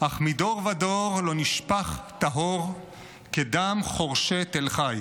אך מדור ודור לא נשפך טהור מדם חורשי תל חי".